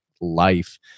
life